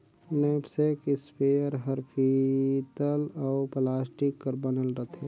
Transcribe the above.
knapsack sprayer हर पीतल अउ प्लास्टिक कर बनल रथे